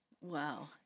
Wow